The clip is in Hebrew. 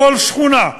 בכל שכונה,